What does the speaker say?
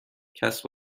کسب